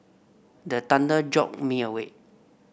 the thunder jolt me awake